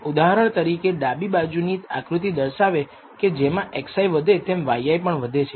ઉદાહરણ તરીકે ડાબી બાજુ ની આકૃતિ દર્શાવે છે કે જેમ xi વધે તેમ yi પણ વધે છે